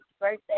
birthday